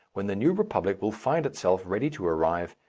when the new republic will find itself ready to arrive,